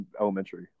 elementary